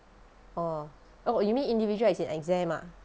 orh oh you mean individual as in exam ah